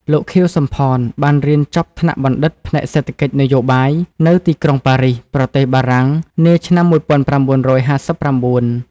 លោក ខៀវ សំផន បានរៀនចប់ថ្នាក់បណ្ឌិតផ្នែកសេដ្ឋកិច្ចនយោបាយ នៅទីក្រុងប៉ារីស ប្រទេសបារាំង នាឆ្នាំ ១៩៥៩ ។